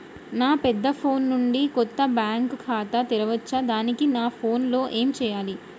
నా పెద్ద ఫోన్ నుండి కొత్త బ్యాంక్ ఖాతా తెరవచ్చా? దానికి నా ఫోన్ లో ఏం చేయాలి?